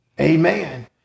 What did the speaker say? amen